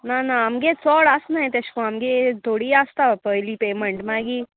ना ना आमगे चोड आसना तेश कोन आमगे थोडी आसता पयली पेमेंट मागी